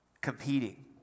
competing